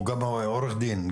עורך דין,